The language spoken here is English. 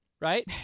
right